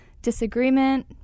disagreement